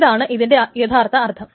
ഇതാണ് ഇതിന്റെ യഥാർത്ഥ അർത്ഥം